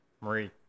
Marie